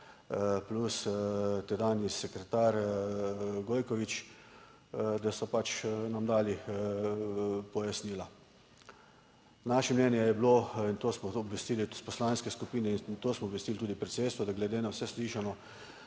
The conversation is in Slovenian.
plus tedanji sekretar Gojkovič, da so pač nam dali pojasnila. Naše mnenje je bilo in to smo obvestili tudi poslanske skupine in to smo obvestili tudi predsedstvo, da glede na vse slišano